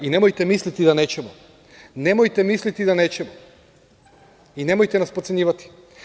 Nemojte misliti da nećemo, nemojte misliti da nećemo i nemojte nas podcenjivati.